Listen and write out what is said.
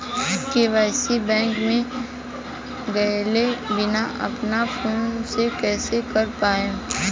KYC bank मे गएले बिना अपना फोन से कइसे कर पाएम?